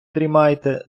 дрімайте